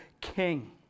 king